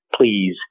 please